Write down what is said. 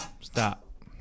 Stop